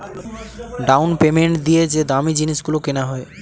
down payment দিয়ে যে দামী জিনিস গুলো কেনা হয়